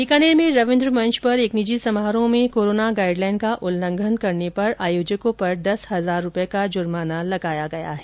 बीकानेर में रविन्द्र मंच पर एक निजी समारोह में कोरोना गाइडलाइन का उल्लंघन करने पर आयोजकों पर दस हजार रुपये का जुर्माना लगाया गया है